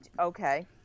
okay